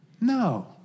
No